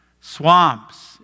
swamps